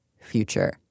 future